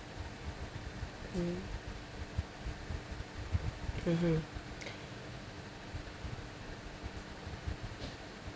mm mmhmm